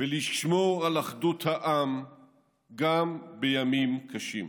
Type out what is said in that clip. ולשמור על אחדות העם גם בימים קשים.